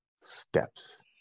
steps